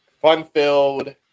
fun-filled